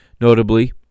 Notably